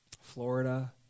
Florida